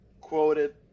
quoted